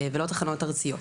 ולא תחנות ארציות.